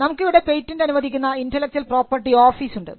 നമുക്കിവിടെ പേറ്റന്റ് അനുവദിക്കുന്ന intellectual property ഓഫീസുണ്ട്